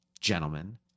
gentlemen